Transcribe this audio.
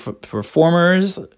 performers